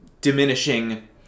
diminishing